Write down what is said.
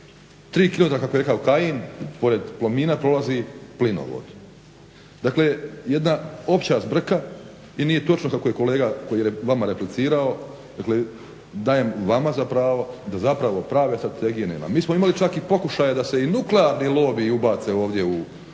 kako je rekao Kajin pored Plomina prolazi plinovod. Dakle, jedna opća zbrka i nije točno kako je kolega koji je vama replicirao, dakle dajem vama za pravo da zapravo prave strategije nema. Mi smo imali čak i pokušaja da se i nuklearni lobiji ubace ovdje u